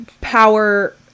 power